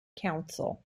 council